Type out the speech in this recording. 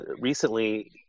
recently